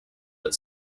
but